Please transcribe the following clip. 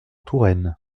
touraine